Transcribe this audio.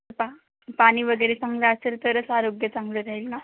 पा पाणी वगैरे चांगलं असेल तरच आरोग्य चांगले राहील ना